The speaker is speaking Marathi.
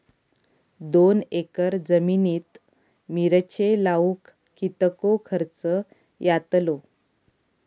दोन एकर जमिनीत मिरचे लाऊक कितको खर्च यातलो?